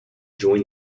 join